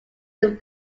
some